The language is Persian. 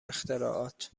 اختراعات